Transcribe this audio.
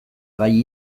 gai